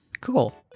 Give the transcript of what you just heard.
Cool